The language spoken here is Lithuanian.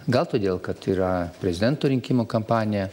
gal todėl kad yra prezidento rinkimų kampanija